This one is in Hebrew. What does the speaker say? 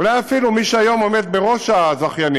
אולי אפילו מי שהיום עומד בראש הזכיינים,